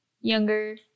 younger